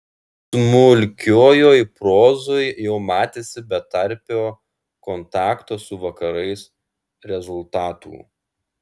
smulkiojoj prozoj jau matėsi betarpio kontakto su vakarais rezultatų